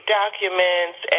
documents